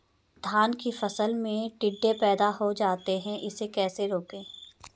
धान की फसल में टिड्डे पैदा हो जाते हैं इसे कैसे रोकें?